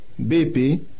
BP